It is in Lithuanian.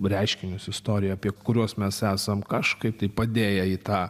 reiškinius istoriją apie kuriuos mes esam kažkaip tai padėję į tą